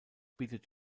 bietet